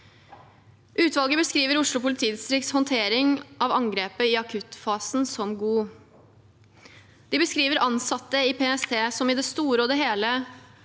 Utvalget beskriver Oslo politidistrikts håndtering av angrepet i akuttfasen som god. De beskriver ansatte i PST som i det store og hele